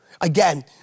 again